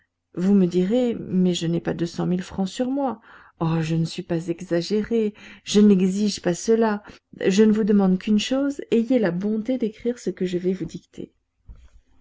vous me direz mais je n'ai pas deux cent mille francs sur moi oh je ne suis pas exagéré je n'exige pas cela je ne vous demande qu'une chose ayez la bonté d'écrire ce que je vais vous dicter